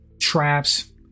traps